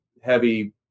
heavy